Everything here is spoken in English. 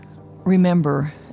Remember